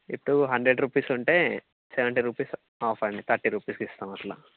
ఇప్పుడు hundred rupees ఉంటే seventy rupees off అండి థర్టీ రూపీస్ ఇస్తాం అలా